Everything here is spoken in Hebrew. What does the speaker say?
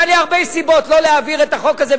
היו לי הרבה סיבות לא להעביר את החוק הזה,